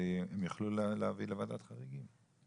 הם יוכלו להביא לוועדת חריגים.